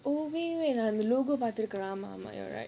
oh wai~ wai~ wait logo பாத்துருக்கேன் ஆமா ஆமா:paathurukkaen aamaa aamaa right